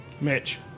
Mitch